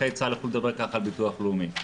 צה"ל יוכלו לדבר ככה על ביטוח לאומי.